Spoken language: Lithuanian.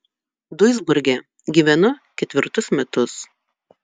duisburge gyvenu ketvirtus metus